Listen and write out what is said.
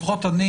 לפחות אני